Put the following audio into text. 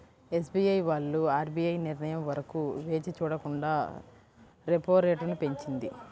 SBI వాళ్ళు RBI నిర్ణయం వరకు వేచి చూడకుండా రెపో రేటును పెంచింది